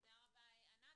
תודה רבה, ענת.